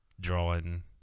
drawing